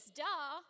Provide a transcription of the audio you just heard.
duh